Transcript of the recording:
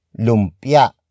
Lumpia